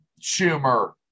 Schumer